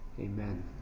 Amen